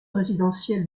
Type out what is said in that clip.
résidentielle